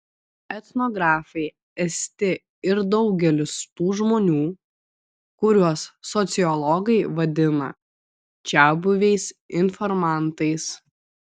etnografai esti ir daugelis tų žmonių kuriuos sociologai vadina čiabuviais informantais